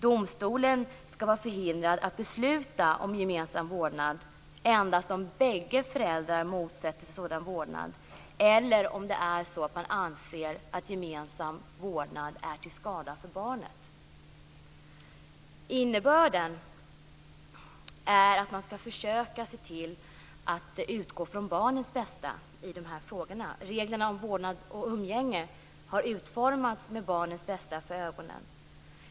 Domstolen skall vara förhindrad att besluta om gemensam vårdnad endast om bägge föräldrarna motsätter sig sådan vårdnad eller om man anser att gemensam vårdnad är till skada för barnet. Innebörden är att man skall försöka se till att utgå från barnens bästa i de här frågorna. Reglerna om vårdnad och umgänge har utformats med barnens bästa för ögonen.